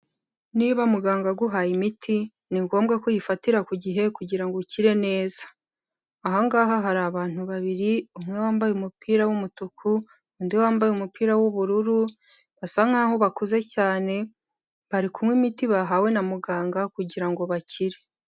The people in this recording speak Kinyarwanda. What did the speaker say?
Niba muganga aguhaye imiti ni ngombwa ko uyifatira ku gihe kugira ngo ukire neza, aha ngaha hari abantu babiri, umwe wambaye umupira w'umutuku, undi wambaye umupira w'ubururu, basa nkaho bakuze cyane barikuywa imiti bahawe na muganga kugira ngo bakire.